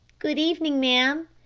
good evening, ma'am.